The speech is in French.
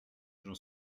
j’en